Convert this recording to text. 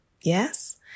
Yes